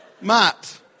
Matt